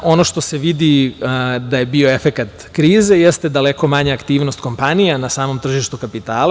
Ono što se vidi da je bio efekat krize jeste daleko manja aktivnost kompanija na samom tržištu kapitala.